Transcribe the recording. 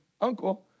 uncle